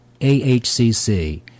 AHCC